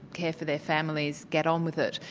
care for their families, get on with it.